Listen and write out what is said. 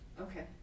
okay